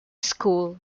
school